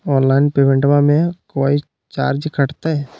Online पेमेंटबां मे कोइ चार्ज कटते?